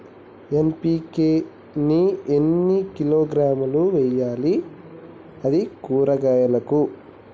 NPK ని ఎన్ని కిలోగ్రాములు వెయ్యాలి? అది కూరగాయలకు?